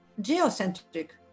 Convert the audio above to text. Geocentric